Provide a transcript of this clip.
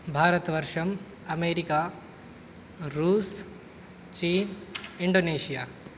भारतवर्षम् America रूस् चीन Indonesia